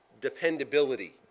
dependability